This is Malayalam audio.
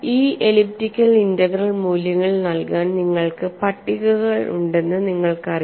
ഈ എലിപ്റ്റിക്കൽ ഇന്റഗ്രൽ മൂല്യങ്ങൾ നൽകാൻ നിങ്ങൾക്ക് പട്ടികകൾ ഉണ്ടെന്ന് നിങ്ങൾക്കറിയാം